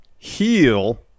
Heal